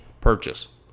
purchase